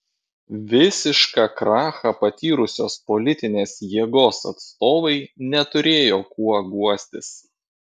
visišką krachą patyrusios politinės jėgos atstovai neturėjo kuo guostis